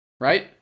Right